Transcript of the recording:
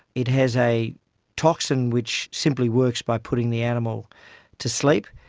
it has a toxin which simply works by putting the animal to sleep,